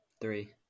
Three